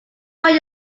want